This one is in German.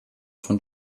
von